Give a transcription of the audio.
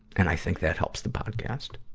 and i think that helps the podcast.